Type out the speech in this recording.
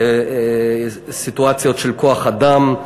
סיטואציות של כוח-אדם,